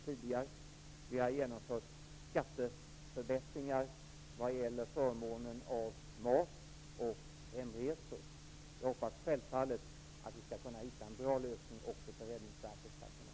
Vi har infört förbättrade skatteregler vad gäller förmånen av mat och hemresor. Jag hoppas självfallet att vi skall kunna hitta en bra lösning också för Räddningsverkets personal.